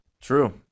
True